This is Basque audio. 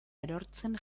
erortzen